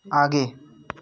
आगे